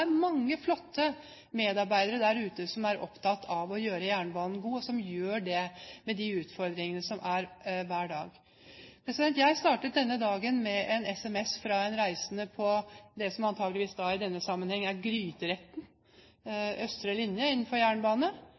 mange flotte medarbeidere der ute som er opptatt av å gjøre jernbanen god, og som gjør det med de utfordringene som er der hver dag. Jeg startet denne dagen med en SMS fra en reisende på det som antakeligvis i denne sammenhengen er «gryteretten» innenfor jernbanen – Østre linje.